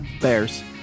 Bears